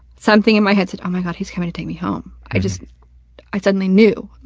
something in my head said, oh my god, he's coming to take me home. i just i suddenly knew.